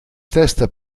testa